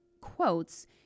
quotes